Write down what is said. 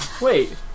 Wait